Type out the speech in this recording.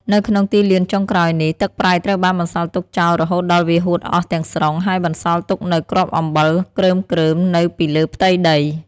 នៅក្នុងទីលានចុងក្រោយនេះ ទឹកប្រៃត្រូវបានបន្សល់ទុកចោលរហូតដល់វាហួតអស់ទាំងស្រុង ហើយបន្សល់ទុកនូវគ្រាប់អំបិលគ្រើមៗនៅពីលើផ្ទៃដី។